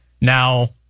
Now